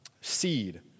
Seed